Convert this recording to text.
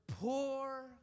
poor